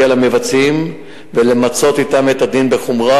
למבצעים ולמצות אתם את הדין בחומרה,